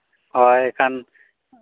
ᱦᱳᱭ ᱮᱱᱠᱷᱟᱱ